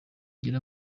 ugire